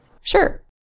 Sure